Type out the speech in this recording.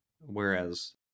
whereas